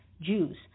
jews